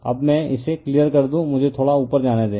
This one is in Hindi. अब मैं इसे क्लियर कर दूं मुझे थोड़ा ऊपर जाने दें